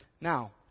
Now